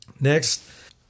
Next